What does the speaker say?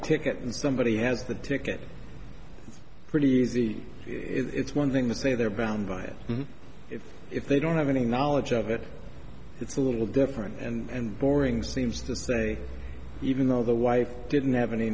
ticket and somebody has the ticket pretty easy it's one thing they say they're bound by it if they don't have any knowledge of it it's a little different and boring seems to say even though the wife didn't have any